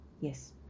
yes